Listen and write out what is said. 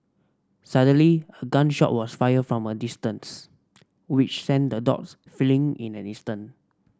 suddenly a gun shot was fired from a distance which sent the dogs fleeing in an instant